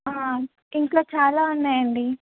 ఇంకా చాలా ఉన్నాయండి